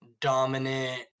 dominant